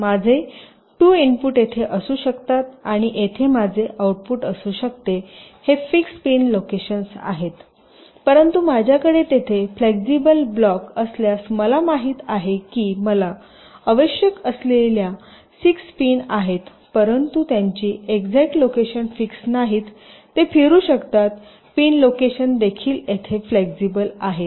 तर माझे 2 इनपुट येथे असू शकतात आणि येथे माझे आउटपुट असू शकते हे फिक्स्ड पिन लोकेशन्स आहेत परंतु माझ्याकडे तेथे फ्लेक्सिबल ब्लॉक असल्यास मला माहित आहे की मला आवश्यक असलेल्या 6 पिन आहेतपरंतु त्यांची एक्झयाट लोकेशन फिक्स्ड नाहीतते फिरू शकतात पिन लोकेशन देखील येथे फ्लेक्सिबल आहेत